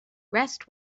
rest